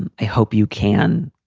and i hope you can.